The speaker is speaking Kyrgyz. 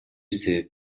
себеп